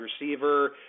receiver